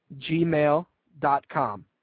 gmail.com